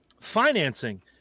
Financing